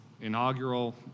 inaugural